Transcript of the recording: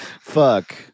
Fuck